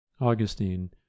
Augustine